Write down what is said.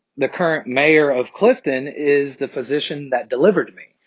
the current mayor of clifton is the physician that delivered me.